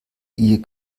ihr